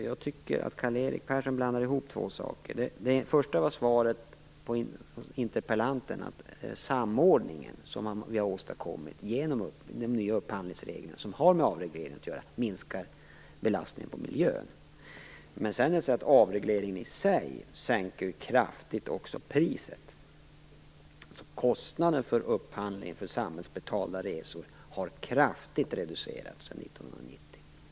Jag tycker att Karl-Erik Persson blandar ihop två saker. Det första var svaret på interpellationen, att samordningen som vi har åstadkommit genom de nya upphandlingsreglerna som har med avregleringen att göra minskar belastningen på miljön. Men avregleringen i sig sänker också priset kraftigt. Kostnaden för upphandlingen av samhällsbetalda resor har kraftigt reducerats sedan 1990.